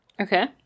Okay